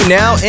now